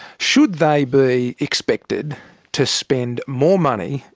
should they be expected to spend more money,